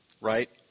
right